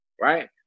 right